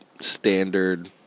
standard